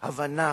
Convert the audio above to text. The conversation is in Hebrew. הבנה,